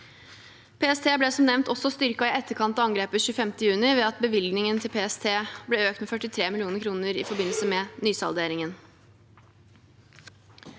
PST ble, som nevnt, også styrket i etterkant av angrepet 25. juni, ved at bevilgningen til PST ble økt med 43 mill. kr i forbindelse med nysalderingen.